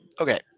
Okay